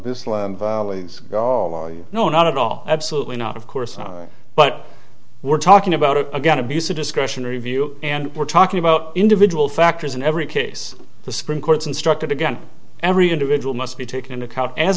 go all you know not at all absolutely not of course but we're talking about it again abuse of discretion review and we're talking about individual factors in every case the supreme court's instructed again every individual must be taken into account as